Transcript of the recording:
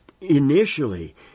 initially